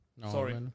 Sorry